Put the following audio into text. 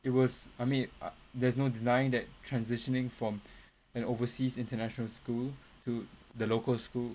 it was I mean I there's no denying that transitioning from an overseas international school to the local school